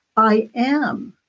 i am,